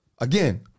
again